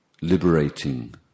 liberating